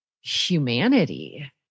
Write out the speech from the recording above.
humanity